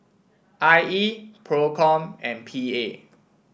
I E Procom and P A